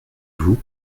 vous